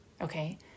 okay